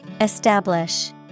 Establish